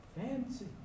fancy